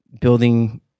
building